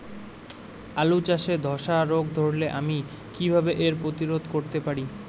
আলু চাষে ধসা রোগ ধরলে আমি কীভাবে এর প্রতিরোধ করতে পারি?